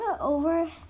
over